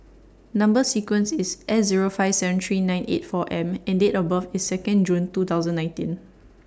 Number sequence IS S Zero five seven three nine eight four M and Date of birth IS Second June two thousand nineteen